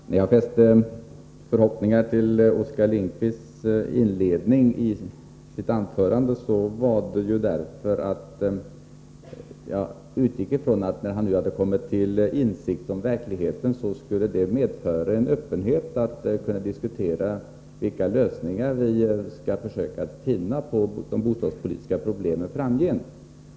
Herr talman! När jag fäste förhoppningar vid inledningen av Oskar Lindkvists anförande utgick jag ifrån att när han nu hade kommit till insikt om verkligheten, så skulle det medföra en öppenhet att kunna diskutera vilka lösningar vi skall försöka finna på de bostadspolitiska problemen framgent.